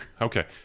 Okay